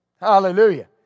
Hallelujah